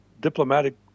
diplomatic